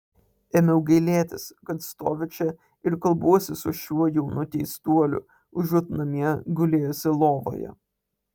ėmiau gailėtis kad stoviu čia ir kalbuosi su šiuo jaunu keistuoliu užuot namie gulėjusi lovoje